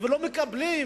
ולא מקבלים,